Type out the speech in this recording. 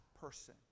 person